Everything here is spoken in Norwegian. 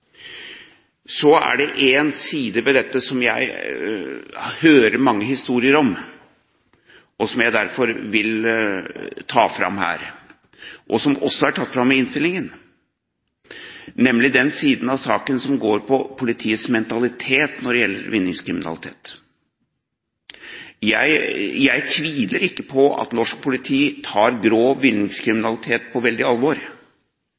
Så er det én side ved dette som jeg hører mange historier om, og som jeg derfor vil ta fram her – og som også er tatt fram i innstillingen – nemlig den siden av saken som går på politiets mentalitet når det gjelder vinningskriminalitet. Jeg tviler ikke på at norsk politi tar grov vinningskriminalitet på stort alvor